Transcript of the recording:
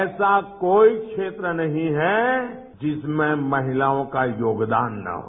ऐसा कोई क्षेत्र नहीं है जिसमें महिलाओं का योगदान न हो